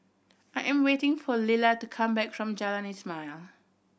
I am waiting for Lilla to come back from Jalan Ismail